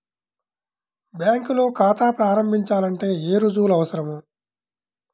బ్యాంకులో ఖాతా ప్రారంభించాలంటే ఏ రుజువులు అవసరం?